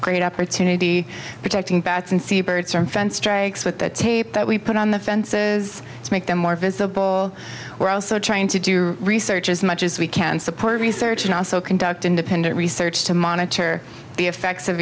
great opportunity protecting bats and seabirds strakes with the tape that we put on the fences to make them more visible we're also trying to do research as much as we can support research and also conduct independent research to monitor the effects of